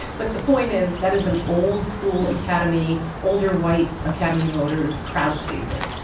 but the point is that is an old-school academy, older white academy voters crowd-pleaser.